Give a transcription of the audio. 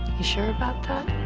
you sure about that?